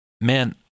man